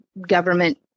government